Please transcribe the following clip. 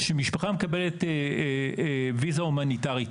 שמשפחה מקבלת ויזה הומניטרית?